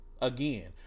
again